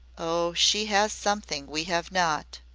oh, she has something we have not.